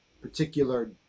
particular